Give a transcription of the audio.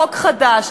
חוק חדש,